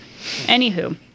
anywho